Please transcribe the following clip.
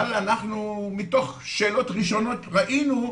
אבל אנחנו מתוך שאלות ראשונות ראינו,